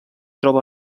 troba